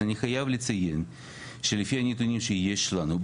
אז אני חייב לציין שלפי הנתונים שיש לנו,